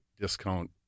discount